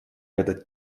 этот